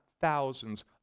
thousands